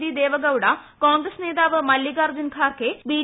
D ദേവഗൌഢ്യ കോൺഗ്രസ് നേതാവ് Mallikarjun Kharge B